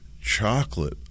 chocolate